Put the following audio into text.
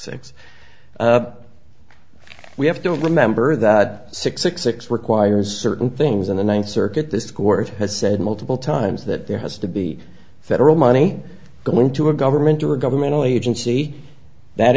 six we have to remember that six six six requires certain things and the ninth circuit this court has said multiple times that there has to be federal money going to a government or a governmental agency that